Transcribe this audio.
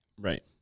Right